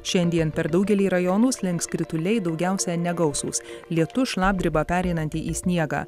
šiandien per daugelį rajonų slinks krituliai daugiausia negausūs lietus šlapdriba pereinanti į sniegą